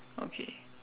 okay